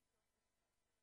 יציאת נשיא